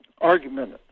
argument